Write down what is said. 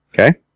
Okay